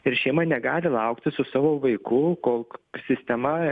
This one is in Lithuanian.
ir šeima negali laukti su savo vaiku kol sistema